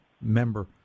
member